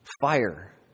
Fire